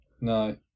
No